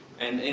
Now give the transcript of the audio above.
and you